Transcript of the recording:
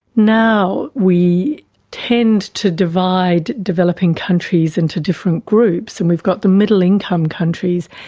now we tend to divide developing countries into different groups and we've got the middle income countries,